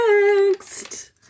next